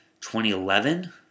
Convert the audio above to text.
2011